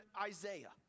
Isaiah